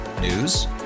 news